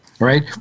Right